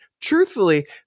truthfully